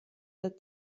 der